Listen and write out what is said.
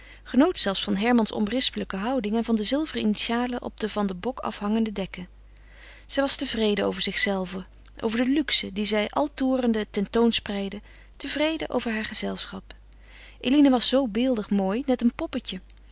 genoot zelfs van hermans onberispelijke houding en van de zilveren initialen op de van den bok afhangende dekken zij was tevreden over zichzelve over de luxe die zij al toerende ten toon spreidde tevreden over haar gezelschap eline was zoo beeldig mooi net een poppetje